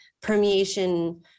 permeation